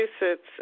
Massachusetts